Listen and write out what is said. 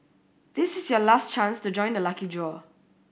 this is your last chance to join the lucky draw